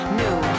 new